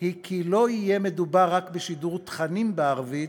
היא כי לא יהיה מדובר רק בשידור תכנים בערבית,